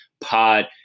pod